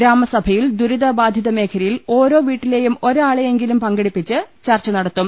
ഗ്രാമസഭ യിൽ ദുരിതബാധിത മേഖലയിൽ ഓരോ വീട്ടിലെയും ഒരാളെയെങ്കിലും പങ്കെടുപ്പിച്ച് ചർച്ച നടത്തും